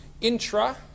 intra